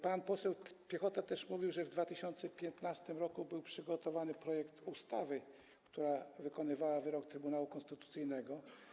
Pan poseł Piechota mówił też, że w 2015 r. był przygotowany projekt ustawy, która wykonywała wyrok Trybunału Konstytucyjnego.